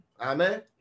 amen